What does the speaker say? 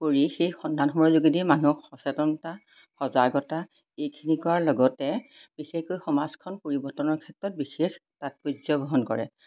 কৰি সেই সন্ধানসমূহৰ যোগেদি মানুহক সচেতনতা সজাগতা এইখিনি কৰাৰ লগতে বিশেষকৈ সমাজখন পৰিৱৰ্তনৰ ক্ষেত্ৰত বিশেষ তাৎপৰ্য্য বহন কৰে